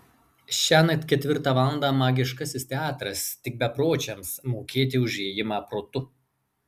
šiąnakt ketvirtą valandą magiškasis teatras tik bepročiams mokėti už įėjimą protu